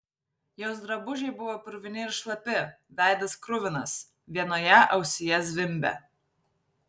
jos drabužiai buvo purvini ir šlapi veidas kruvinas vienoje ausyje zvimbė